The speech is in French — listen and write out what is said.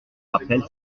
rappelle